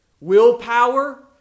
Willpower